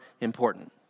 important